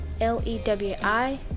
L-E-W-I